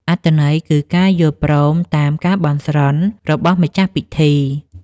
អត្ថន័យគឺការយល់ព្រមតាមការបន់ស្រន់របស់ម្ចាស់ពិធី។